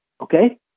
Okay